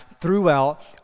throughout